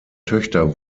töchter